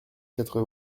quatre